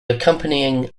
accompanying